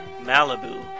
Malibu